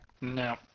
No